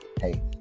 hey